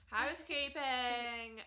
housekeeping